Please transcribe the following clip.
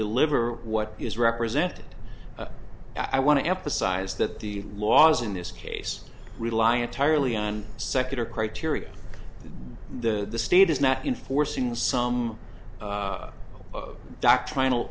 deliver what is represented i want to emphasize that the laws in this case rely entirely on secular criteria the state is not enforcing some doctrinal